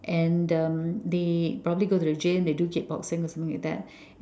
and um they probably go to the gym they do kickboxing or something like that